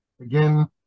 Again